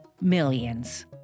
millions